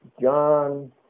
John